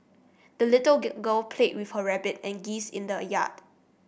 the little girl played with her rabbit and geese in the a yard